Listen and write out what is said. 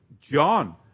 John